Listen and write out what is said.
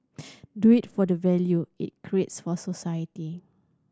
do it for the value it creates for society